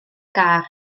gar